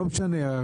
לא משנה,